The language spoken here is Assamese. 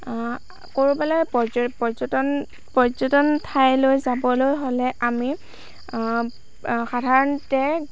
ক'ৰবালৈ পৰ্য পৰ্যটন পৰ্যটন ঠাইলৈ যাবলৈ হ'লে আমি সাধাৰণতে